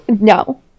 no